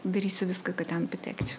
darysiu viską kad ten patekčiau